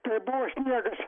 tai buvo sniegas